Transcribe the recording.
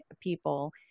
people